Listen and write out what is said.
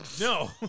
No